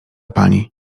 pani